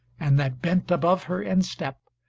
and that bent above her instep,